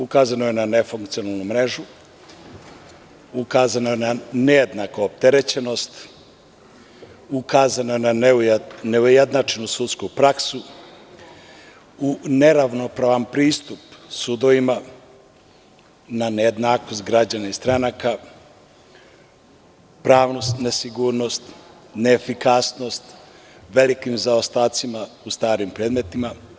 Ukazano je na nefunkcionalnu mrežu, ukazano je na nejednaku opterećenost, ukazano je na neujednačenu sudsku praksu, neravnopravan pristup sudovima, na nejednakost građana i stranaka, pravnu nesigurnost, neefikasnost, velike zaostatke u starim predmetima.